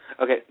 Okay